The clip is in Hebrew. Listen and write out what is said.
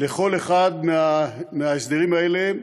לכל אחד מהסדרים אלה,